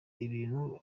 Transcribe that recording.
ibintu